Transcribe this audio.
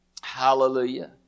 Hallelujah